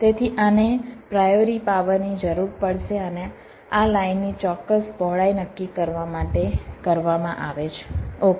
તેથી આને પ્રાયોરી પાવરની જરૂર પડશે અને આ લાઇનની ચોક્કસ પહોળાઈ નક્કી કરવા માટે કરવામાં આવે છે ઓકે